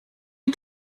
you